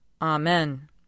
Amen